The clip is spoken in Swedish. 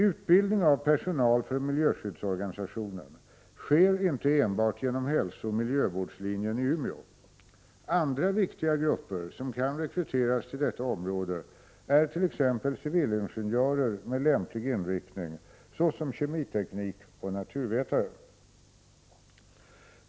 Utbildning av personal för miljöskyddsorganisationen sker inte enbart genom hälsooch miljövårdslinjen i Umeå. Andra viktiga grupper som kan rekryteras till detta område är t.ex. civilingenjörer med lämplig inriktning, såsom kemiteknik och naturvetare.